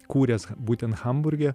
kūręs būtent hamburge